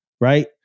right